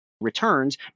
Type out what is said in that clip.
returns